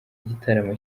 igitaramo